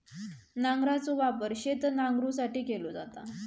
नांगराचो वापर शेत नांगरुसाठी केलो जाता